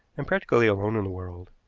and practically alone in the world.